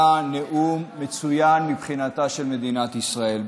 היה נאום מצוין מבחינתה של מדינת ישראל.